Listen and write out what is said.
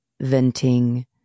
venting